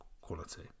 quality